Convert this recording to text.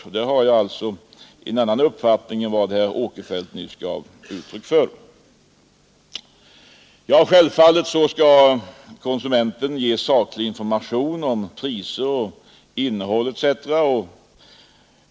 Jag har alltså på denna punkt en annan uppfattning än herr Åkerfeldt nyss gav uttryck åt. Självfallet skall konsumenten ges saklig information om priser, innehåll etc.